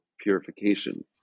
purification